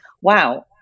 wow